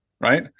right